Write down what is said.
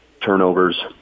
turnovers